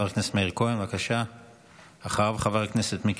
חבר הכנסת מאיר כהן, בבקשה.